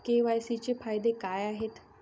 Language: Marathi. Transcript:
के.वाय.सी चे फायदे काय आहेत?